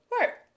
work